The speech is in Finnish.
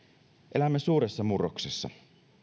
elämme suuressa murroksessa